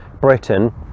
Britain